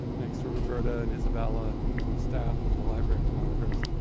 thanks to roberta and isabella and the whole staff of the library of congress.